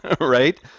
right